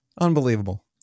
Unbelievable